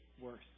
worse